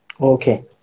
Okay